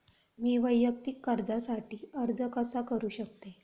मी वैयक्तिक कर्जासाठी अर्ज कसा करु शकते?